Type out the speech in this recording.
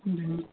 جی